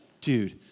dude